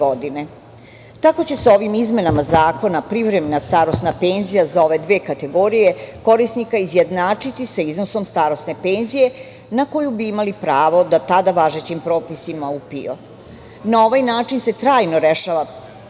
Tako će se ovim izmenama Zakona privremena starosna penzija za ove dve kategorije korisnika izjednačiti sa iznosom starosne penzije na koju bi imali pravo prema do tada važećim propisima o PIO. Na ovaj način se trajno rešava pitanje